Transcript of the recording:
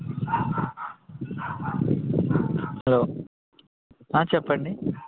hello చెప్పండి